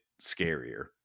scarier